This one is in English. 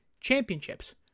championships